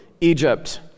Egypt